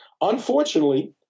Unfortunately